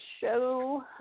show